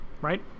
right